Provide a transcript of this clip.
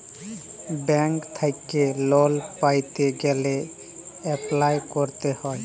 bank থ্যাইকে লল পাইতে গ্যালে এপ্লায় ক্যরতে হ্যয়